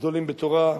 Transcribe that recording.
גדולים בתורה,